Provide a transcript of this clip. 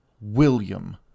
William